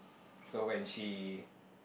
so when she